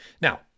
Now